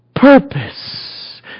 Purpose